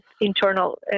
internal